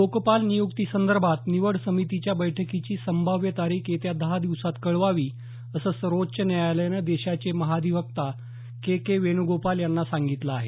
लोकपाल नियुक्तीसंदर्भात निवड समितीच्या बैठकीची संभाव्य तारीख येत्या दहा दिवसांत कळवावी असं सर्वोच्च न्यायालयानं देशाचे महाधिवक्ता के के वेणूगोपाल यांना सांगितलं आहे